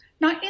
Now